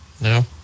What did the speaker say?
No